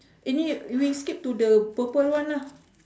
eh ni we skip to the purple one lah